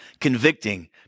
convicting